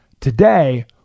Today